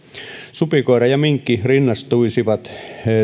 supikoira ja minkki rinnastuisivat